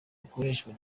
ikoreshwa